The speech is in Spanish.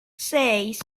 seis